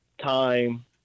time